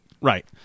Right